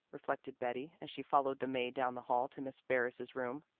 reflected betty, as she followed the maid down the hall to miss ferris's rooms.